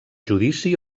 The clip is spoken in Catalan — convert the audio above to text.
judici